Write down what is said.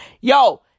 yo